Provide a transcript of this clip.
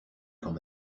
quand